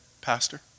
pastor